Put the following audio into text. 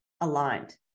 aligned